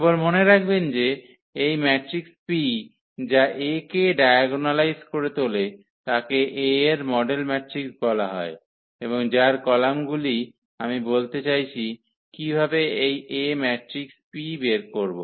কেবল মনে রাখবেন যে এই ম্যাট্রিক্স P যা A কে ডায়াগোনালাইজ করে তোলে তাকে A এর মডেল ম্যাট্রিক্স বলা হয় এবং যার কলামগুলি আমি বলতে চাইছি কীভাবে এই A ম্যাট্রিক্স P বের করব